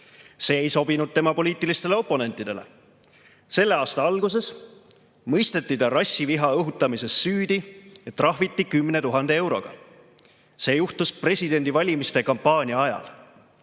See ei sobinud tema poliitilistele oponentidele. Selle aasta alguses mõisteti ta rassiviha õhutamises süüdi ja trahviti 10 000 euroga. See juhtus presidendivalimiste kampaania ajal.